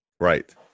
Right